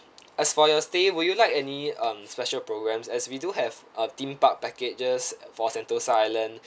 as for your stay would you like any um special programmes as we do have uh theme park packages for sentosa island